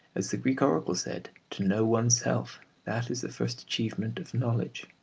as the greek oracle said, to know oneself that is the first achievement of knowledge.